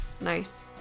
nice